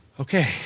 Okay